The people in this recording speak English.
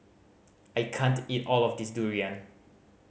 I can't eat all of this durian